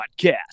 podcast